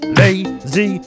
lazy